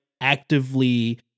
actively